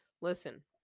Listen